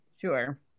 Sure